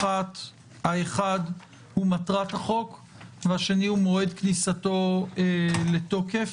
האחד הוא מטרת החוק והשני הוא מועד כניסתו לתוקף.